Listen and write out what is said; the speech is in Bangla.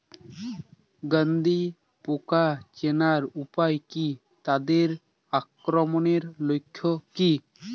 গন্ধি পোকা চেনার উপায় কী তাদের আক্রমণের লক্ষণ কী?